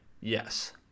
Yes